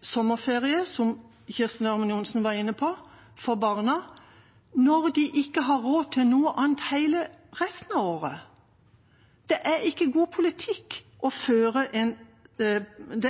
sommerferie for barna, som representanten Ørmen Johnsen var inne på, når de ikke har råd til noe hele resten av året. Det